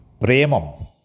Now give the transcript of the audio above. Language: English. premam